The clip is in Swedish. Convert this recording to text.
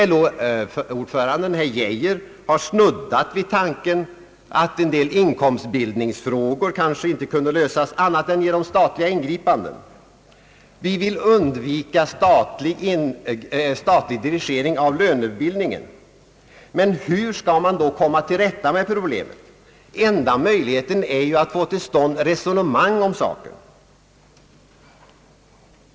LO ordföranden, herr Geijer, snuddade vid tanken att en del inkomstbildningsfrågor kanske inte kunde lösas annat än genom statliga ingripanden. Vi vill undvika statlig dirigering av lönerörelserna. Men hur skall man då komma till rätta med problemet? Enda möjligheten är ju då att få till stånd resonemang om saken.